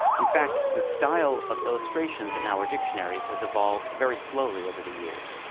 in fact, the style of illustrations in our dictionaries has evolved very slowly over the years.